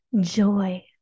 joy